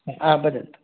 आं वदन्तु